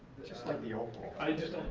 just like the old pool. i just